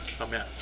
Amen